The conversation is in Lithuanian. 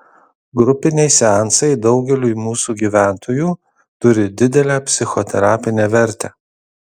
grupiniai seansai daugeliui mūsų gyventojų turi didelę psichoterapinę vertę